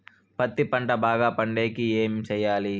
పత్తి పంట బాగా పండే కి ఏమి చెయ్యాలి?